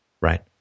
right